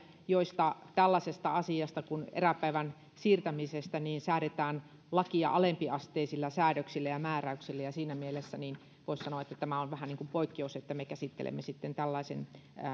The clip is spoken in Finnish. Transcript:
joilla tällaisesta asiasta kuin eräpäivän siirtämisestä säädetään lakia alempiasteisilla säädöksillä ja määräyksillä siinä mielessä voisi sanoa että tämä on vähän niin kuin poikkeus että me käsittelemme tällaisen